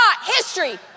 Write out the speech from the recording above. history